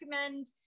recommend